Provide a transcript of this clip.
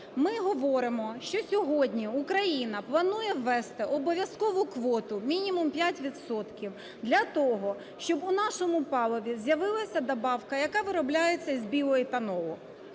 Ми говоримо, що сьогодні Україна планує ввести обов'язкову квоту, мінімум 5 відсотків, для того, щоб у нашому паливі з'явилася добавка, яка виробляється із біоетанолу.